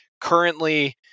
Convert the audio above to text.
currently